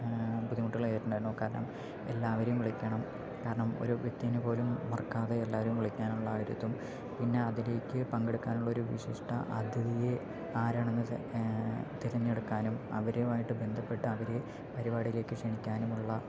ബുട്ടിമുട്ടായിട്ടുണ്ടായിരുന്നു കരണം എല്ലാവരേയും വിളിക്കണം ഒരു വ്യക്തിനെ പോലും മറക്കാതെ എല്ലാരും വിളിക്കാനുള്ള ആ ഒരു ഇതും പിന്നെ അതിലേക്ക് പങ്കെടുക്കാനുള്ള ഒരു വിശിഷ്ട അതിഥിയെ ആരാണെന്ന് തിരഞ്ഞെടുക്കാനും അവരുമായിട്ട് ബന്ധപ്പെട്ട അവര് പരിപാടിലേക്ക് ക്ഷണിക്കാനും ഉള്ള ഒരു